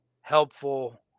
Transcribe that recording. helpful